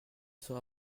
sera